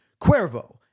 Cuervo